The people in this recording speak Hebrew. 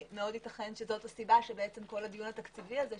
וייתכן שזו הסיבה שכל הדיון התקציבי הזה,